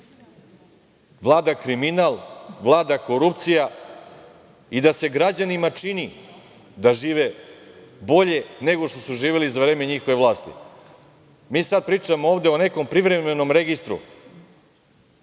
vlada kriminal, vlada korupcija i da se građanima čini da žive bolje nego što su živeli za vreme njihove vlasti. Mi sada pričamo ovde o nekom privremenom registru